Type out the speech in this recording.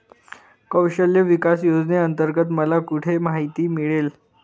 कौशल्य विकास योजनेअंतर्गत मला कुठे माहिती मिळेल?